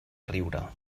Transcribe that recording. riure